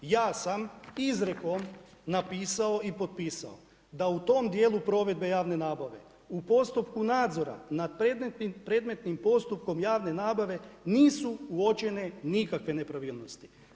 Ja sam izrekom napisao i potpisao da u tom dijelu provedbe javne nabave, u postupku nadzora nad predmetnim postupkom javne nabave nisu uočene nikakve nepravilnosti.